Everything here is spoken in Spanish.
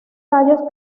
tallos